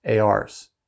ARs